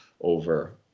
over